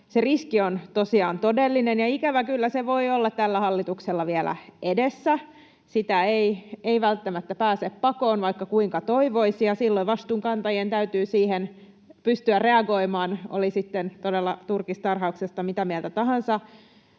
tosiaan todellinen, ja ikävä kyllä se voi olla tällä hallituksella vielä edessä. Sitä ei välttämättä pääse pakoon, vaikka kuinka toivoisi, ja silloin vastuunkantajien täytyy siihen pystyä reagoimaan, oli sitten todella turkistarhauksesta mitä mieltä tahansa.